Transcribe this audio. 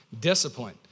discipline